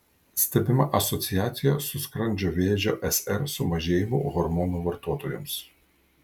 stebima asociacija su skrandžio vėžio sr sumažėjimu hormonų vartotojoms